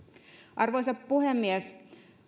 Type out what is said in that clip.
arvoisa puhemies